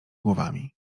głowami